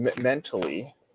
mentally